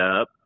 up